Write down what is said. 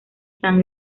san